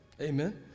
amen